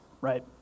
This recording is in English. right